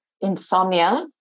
insomnia